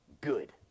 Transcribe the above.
good